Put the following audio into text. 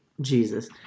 Jesus